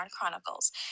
Chronicles